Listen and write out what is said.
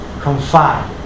confine